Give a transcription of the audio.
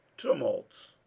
Tumults